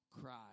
cry